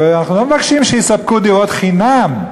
אנחנו לא מבקשים שיספקו דירות חינם.